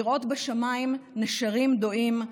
לראות בשמיים נשרים דואים,